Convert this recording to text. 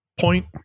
point